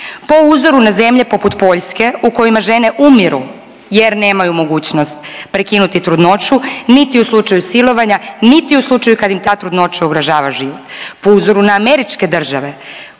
Po uzoru na zemlje poput Poljske u kojima žene umiru jer nemaju mogućnost prekinuti trudnoću niti u slučaju silovanja, niti u slučaju kada im ta trudnoća ugrožava život. Po uzoru na američke države